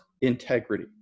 integrity